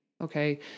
Okay